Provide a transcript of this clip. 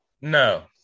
No